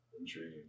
intriguing